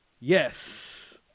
Yes